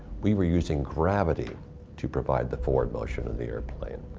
we were using gravity to provide the forward motion in the airplane.